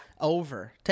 Over